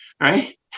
right